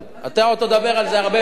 אתה עוד תדבר על זה הרבה מהדוכן.